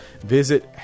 visit